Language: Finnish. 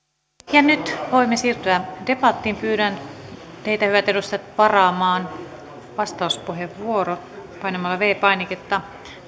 nyt voimme siirtyä debattiin pyydän teitä hyvät edustajat varaamaan vastauspuheenvuorot painamalla viides painiketta